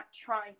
trying